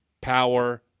power